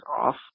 off